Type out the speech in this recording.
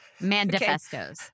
manifestos